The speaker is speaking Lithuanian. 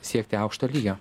siekti aukšto lygio